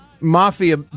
Mafia